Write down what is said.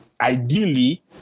ideally